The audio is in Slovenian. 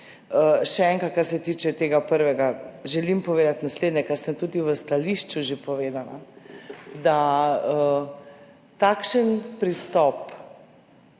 Še enkrat, kar se tiče tega prvega. Želim povedati naslednje, kar sem tudi v stališču že povedala. Takšen pristop